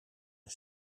een